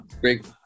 great